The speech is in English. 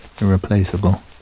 irreplaceable